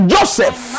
Joseph